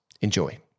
Enjoy